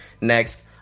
Next